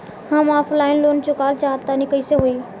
हम offline loan चुकावल चाहऽ तनि कइसे होई?